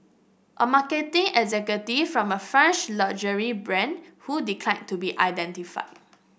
a marketing executive from a French luxury brand who declined to be identified